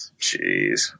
Jeez